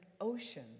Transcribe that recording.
ocean